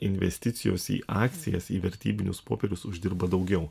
investicijos į akcijas į vertybinius popierius uždirba daugiau